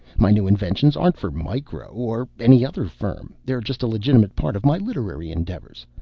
my new inventions aren't for micro or any other firm. they're just a legitimate part of my literary endeavors.